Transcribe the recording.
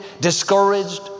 discouraged